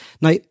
Now